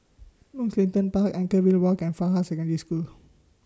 Mugliston Park Anchorvale Walk and Fajar Secondary School